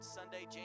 Sunday